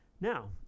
Now